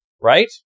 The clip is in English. right